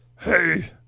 Hey